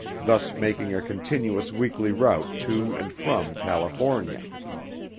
thus making a continuous weekly route to and from california.